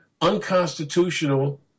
unconstitutional